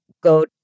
go